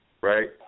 Right